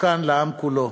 מסוכן לעם כולו,